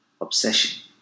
obsession